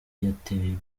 yateye